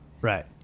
Right